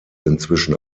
inzwischen